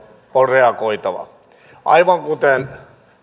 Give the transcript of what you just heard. on reagoitava aivan kuten